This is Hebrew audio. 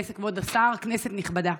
כבוד השר, כנסת נכבדה,